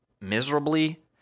miserably